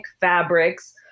fabrics